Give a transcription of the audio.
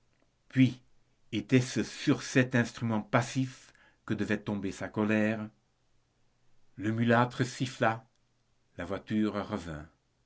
puis était-ce sur cet instrument passif que devait tomber sa colère le mulâtre siffla la voiture